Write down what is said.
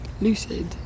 lucid